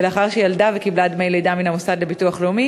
ולאחר שהיא ילדה וקיבלה דמי לידה מן המוסד לביטוח לאומי